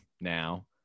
now